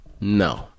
No